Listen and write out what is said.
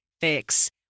fix